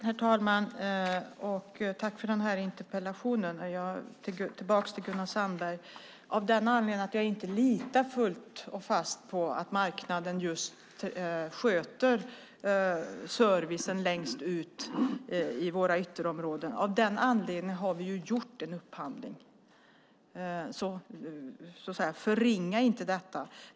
Herr talman! Jag tackar för interpellationen. Jag kommer tillbaka till Gunnar Sandberg av anledningen att jag inte litar fullt och fast på att marknaden sköter servicen längst ut i våra ytterområden. Av den anledningen har vi gjort en upphandling. Så förringa inte detta!